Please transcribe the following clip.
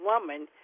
woman